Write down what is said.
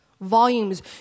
Volumes